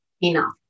enough